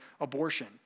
abortion